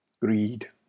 greed